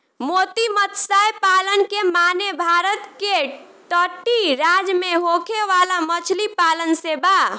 मोती मतस्य पालन के माने भारत के तटीय राज्य में होखे वाला मछली पालन से बा